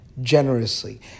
generously